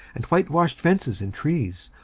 and whitewashed fences and trees,